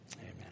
amen